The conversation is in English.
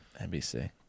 NBC